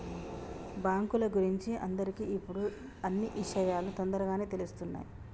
బాంకుల గురించి అందరికి ఇప్పుడు అన్నీ ఇషయాలు తోందరగానే తెలుస్తున్నాయి